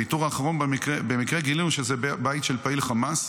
באיתור האחרון במקרה גילינו שזה בית של פעיל חמאס,